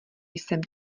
jsem